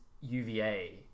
UVA